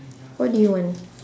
what do you want